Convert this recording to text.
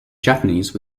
japanese